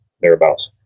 thereabouts